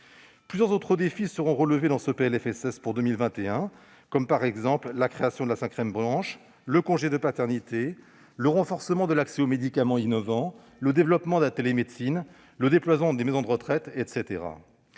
Plusieurs autres défis seront relevés dans ce PLFSS pour 2021 comme, par exemple, la création de la cinquième branche, le congé de paternité, le renforcement de l'accès aux médicaments innovants, le développement de la télémédecine, le déploiement des maisons de naissance